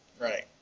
Right